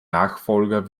nachfolger